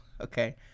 okay